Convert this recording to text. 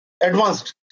advanced